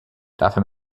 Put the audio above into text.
dafür